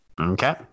Okay